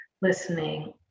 listening